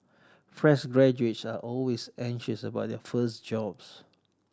fresh graduates are always anxious about their first job